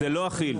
זה לא אכיל.